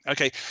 Okay